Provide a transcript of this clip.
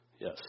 Yes